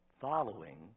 following